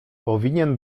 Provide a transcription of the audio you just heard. powinien